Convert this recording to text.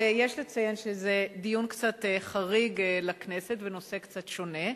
ויש לציין שזה דיון קצת חריג לכנסת ונושא קצת שונה,